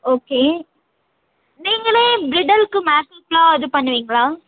okay நீங்களே ப்லிடல்க்கு மேச்சிங்காக இது பண்ணுவீங்களா